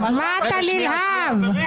אז מה אתם צועקים?